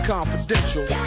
Confidential